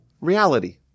reality